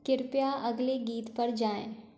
कृपया अगले गीत पर जाएँ